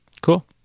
Cool